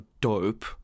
dope